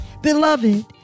Beloved